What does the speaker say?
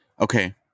Okay